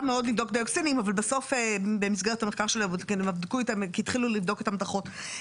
מאוד לבדוק דיאוקסינים ובסוף במסגרת המחקר הם התחילו לבדוק מתכון,